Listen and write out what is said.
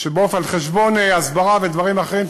על חשבון הסברה ודברים אחרים,